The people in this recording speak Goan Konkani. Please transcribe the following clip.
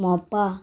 मोपा